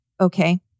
okay